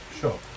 sure